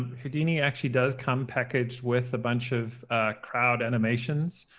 houdini actually does come packaged with a bunch of crowd animations,